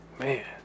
man